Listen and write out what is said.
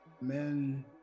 Men